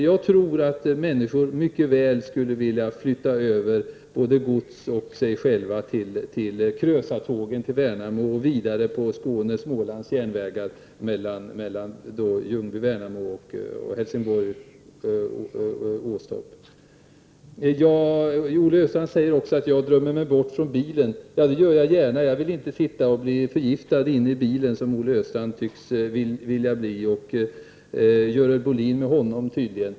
Jag tror att människor mycket väl skulle vilja flytta över både gods och sig själva till Krösatåget mot Värnamo och vidare på Skåne-Smålands järnvägar mellan Ljungby — Värnamo och Helsingborg — Åstorp. Olle Östrand säger också att jag drömmer mig bort från bilen. Ja, det gör jag gärna. Jag vill inte sitta och bli förgiftad inne i bilen som Olle Östrand tycks vilja och Görel Bohlin med honom, tydligen.